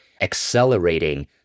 accelerating